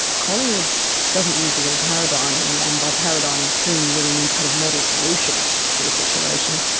collingwood doesn't use the word paradigm and and by paradigm, kuhn really means a kind of model solution to a situation.